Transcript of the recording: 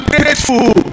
grateful